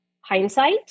hindsight